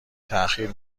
تاخیر